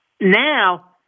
Now